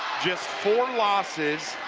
just four losses.